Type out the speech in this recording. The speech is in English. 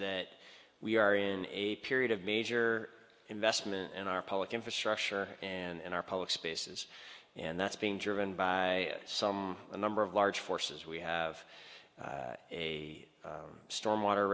that we are in a period of major investment in our public infrastructure and our public spaces and that's being driven by some a number of large forces we have a storm water